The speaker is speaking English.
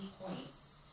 points